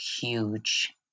huge